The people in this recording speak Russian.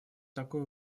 такое